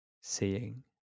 seeing